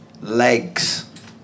Legs